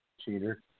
Cheater